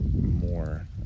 More